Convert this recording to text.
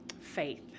faith